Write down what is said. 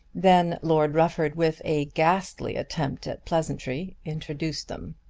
then lord rufford with a ghastly attempt at pleasantry introduced them.